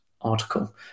article